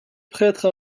prêtre